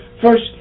First